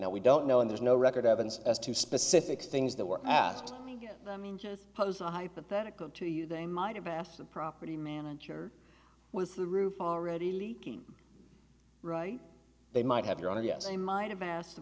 no we don't know and there's no record evidence as to specifics things that were asked i mean just pose a hypothetical to you they might have asked the property manager was the roof already leaking right they might have your honor yes i might have asked the